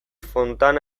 fontana